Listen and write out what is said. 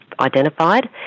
identified